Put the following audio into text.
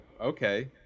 okay